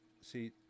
see